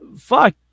fuck